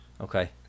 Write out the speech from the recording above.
okay